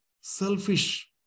selfish